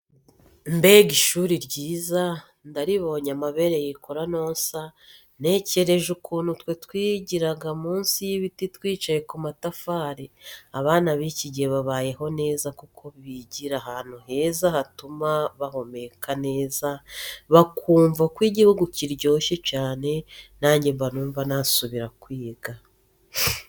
Mbega ishuri ryiza, ndaribonye amabere yikora ntonsa, ntekereje ukuntu twebwe twigiraga munsi y'ibiti twicaye ku matafari, abana b'iki gihe babayeho neza kuko bigira ahantu heza hatuma bahumeka neza bakumva ko igihugu kiryoshye cyane, nanjye mba numva nasubira kwiga.